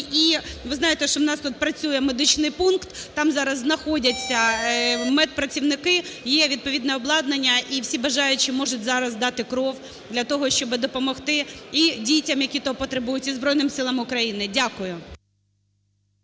ви знаєте, що у нас тут працює медичний пункт, там зараз знаходяться медпрацівники, є відповідне обладнання. І всі бажаючі можуть зараз здати кров для того, щоб допомогти і дітям, які того потребують, і Збройним Силам України. Дякую.